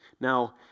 Now